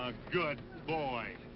good boy.